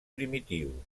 primitiu